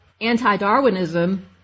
anti-Darwinism